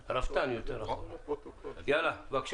בבקשה.